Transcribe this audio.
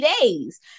days